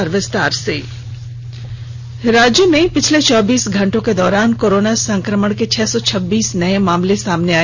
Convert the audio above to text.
corona Jharkhand राज्य में पिछले चौबीस घंटे के दौरान कोरोना संक्रमण के छह सौ छब्बीस नए मामले सामने आए